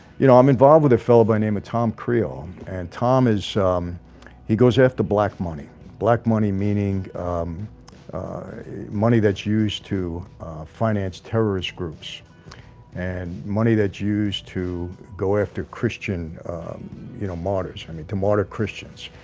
you know i'm involved with a fella by name of tom creole and tom is he goes after black money black money meaning money that's used to finance terrorist groups and money, that's used to go after christian you know martyrs, i mean to martyr christians,